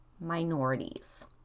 minorities